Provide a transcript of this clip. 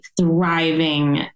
thriving